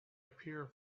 appear